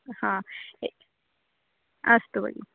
हा अस्तु भगिनि